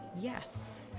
Yes